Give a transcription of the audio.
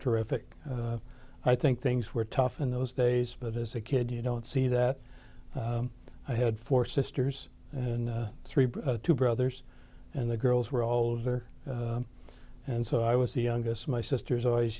terrific i think things were tough in those days but as a kid you don't see that i had four sisters and three two brothers and the girls were all over and so i was the youngest my sisters always